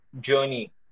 journey